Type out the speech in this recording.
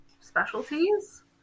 specialties